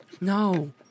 No